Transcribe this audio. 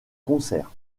concerts